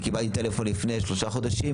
אני קיבלתי טלפון לפני שלושה חודשים,